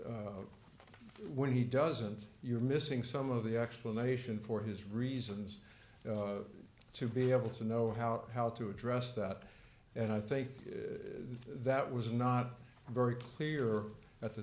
when he doesn't you're missing some of the explanation for his reasons to be able to know how to how to address that and i think that was not very clear at the